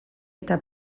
eta